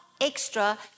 extra